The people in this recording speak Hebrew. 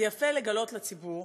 זה יפה לגלות לציבור